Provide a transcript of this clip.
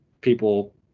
people